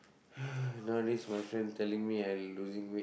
nowadays my friend telling me I'm losing weight